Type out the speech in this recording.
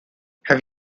have